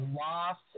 lost